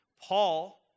Paul